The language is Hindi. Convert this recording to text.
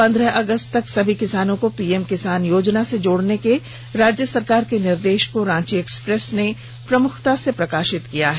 पंद्रह अगस्त तक सभी किसानों को पीएम किसान योजना से जोड़ने को राज्य सरकार के निर्देश को रांची एक्सप्रेस ने प्रमुखता से प्रकाशित किया है